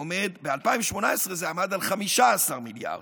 ב-2018 זה עמד עד 15 מיליארד,